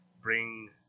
bring